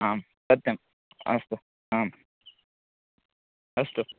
आम् सत्यम् अस्तु आम् अस्तु